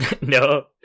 No